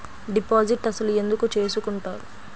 Deposit అసలు ఎందుకు చేసుకుంటారు?